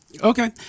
Okay